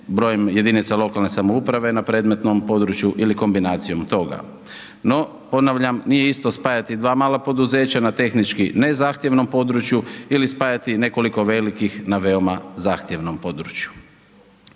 brojem jedinica lokalne samouprave na predmetnom području ili kombinacijom toga. No, ponavljam, nije isto spajati dva mala poduzeća na tehnički ne zahtjevnom području ili spajati nekoliko velikih na veoma zahtjevnom području.